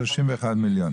זה יפחית